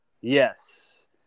Yes